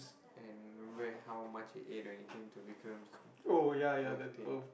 and remember how much he ate when he came to Vikram's birthday